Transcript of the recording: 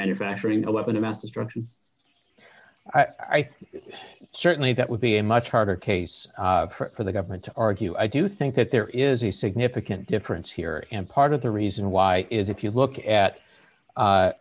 manufacturing a weapon of mass destruction i think certainly that would be a much harder case for the government to argue i do think that there is a significant difference here and part of the reason why is if you look at